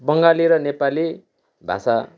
बङ्गाली र नेपाली भाषा